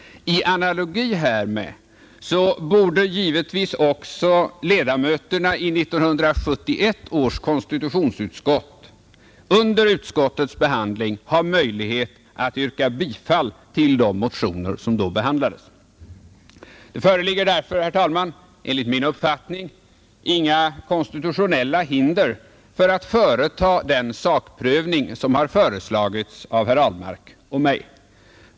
I analogi härmed borde givetvis också ledamöterna i 1971 års konstitutionsutskott under utskottets behandling ha möjlighet att yrka bifall till de motioner som då behandlades. Det föreligger därför, herr talman, enligt min uppfattning inga konstitutionella hinder för att företa den sakprövning som har föreslagits av herr Ahlmark och mig.